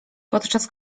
podczas